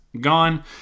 gone